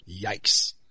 Yikes